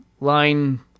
line –